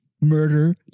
murder